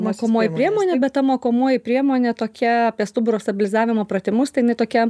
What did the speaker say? mokomoji priemonė bet ta mokomoji priemonė tokia apie stuburo stabilizavimo pratimus tai jinai tokia